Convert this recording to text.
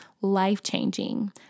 life-changing